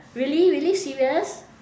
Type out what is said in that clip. really really serious